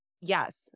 Yes